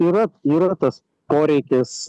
yra yra tas poreikis